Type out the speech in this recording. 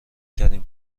ترین